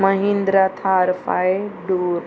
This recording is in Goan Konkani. Mahindra Thar five door